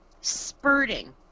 spurting